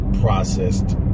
processed